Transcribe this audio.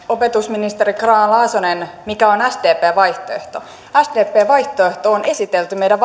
opetusministeri grahn laasonen mikä on sdpn vaihtoehto sdpn vaihtoehto on esitelty meidän